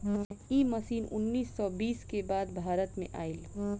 इ मशीन उन्नीस सौ बीस के बाद भारत में आईल